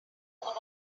about